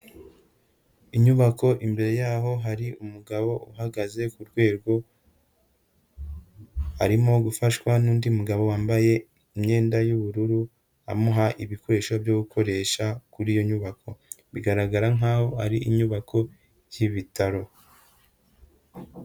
Inyubako imbere yaho hari umugabo uhagaze ku rwego, arimo gufashwa n'undi mugabo wambaye imyenda y'ubururu amuha ibikoresho byo gukoresha kuri iyo nyubako. Bigaragara nkaho ari inyubako y'ibitaro.